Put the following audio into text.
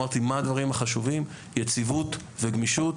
אמרתי מהם הדברים החשובים: יציבות וגמישות,